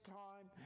time